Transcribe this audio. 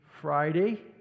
Friday